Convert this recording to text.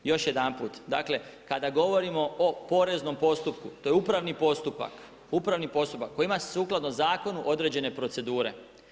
Još jedanput, dakle kada govorimo o porezno postupku, to je upravni postupak koji ima sukladno zakonu određene procedure.